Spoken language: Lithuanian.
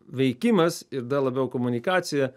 veikimas ir dar labiau komunikacija